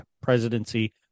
presidency